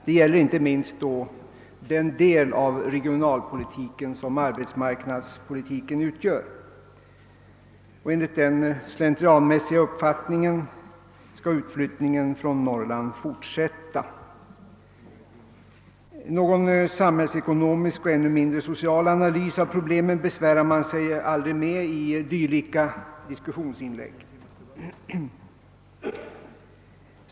Det gäller inte minst den del av regionalpolitiken som arbetsmarknadspolitiken utgör. Enligt den slentrianmässiga uppfattningen skall utflyttningen från Norrland fortsätta. Någon samhällsekonomisk och ännu mindre social analys av problemet besvärar man sig aldrig med i dylika diskussionsinlägg.